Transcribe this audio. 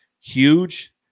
Huge